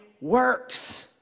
works